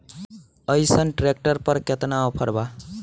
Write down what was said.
अइसन ट्रैक्टर पर केतना ऑफर बा?